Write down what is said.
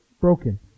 broken